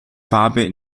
farbe